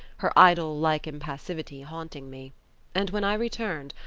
her idol-like impassivity haunting me and when i returned,